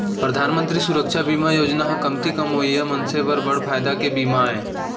परधान मंतरी सुरक्छा बीमा योजना ह कमती कमवइया मनसे बर बड़ फायदा के बीमा आय